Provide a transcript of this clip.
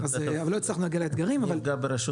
אני לא רוצה לפגוע בישיבה של רשות